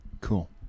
Cool